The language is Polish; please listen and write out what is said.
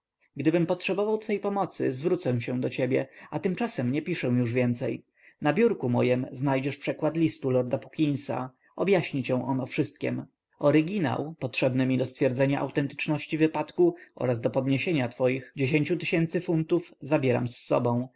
gdybym potrzebował twej pomocy zwrócę się do ciebie a tymczasem nie piszę nic więcej na biurku mojem znajdziesz przekład listu lorda puckinsa objaśni cię on o wszystkiem oryginał potrzebny mi do stwierdzenia autentyczności wypadku oraz do podniesienia twoich dziesięciu tysięcy funtów zabieram z sobą